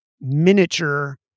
miniature